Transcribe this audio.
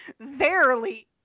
Verily